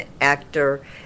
actor